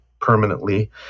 permanently